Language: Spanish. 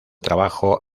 trabajo